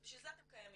בשביל זה אתם קיימים.